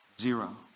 zero